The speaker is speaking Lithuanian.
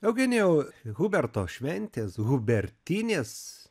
eugenijau huberto šventės hubertinės